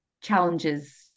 challenges